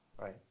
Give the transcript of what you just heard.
Right